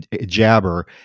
Jabber